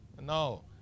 No